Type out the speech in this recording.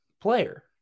player